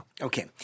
Okay